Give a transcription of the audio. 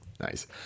Nice